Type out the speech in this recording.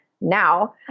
now